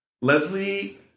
Leslie